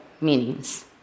meanings